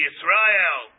Israel